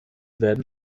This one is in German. werden